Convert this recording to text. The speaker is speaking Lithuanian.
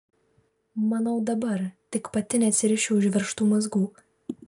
manau dabar tik pati neatsirišiu užveržtų mazgų